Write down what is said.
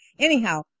Anyhow